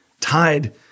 tied